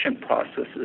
processes